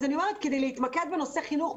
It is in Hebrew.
אז כדי להתמקד בנושא חינוך,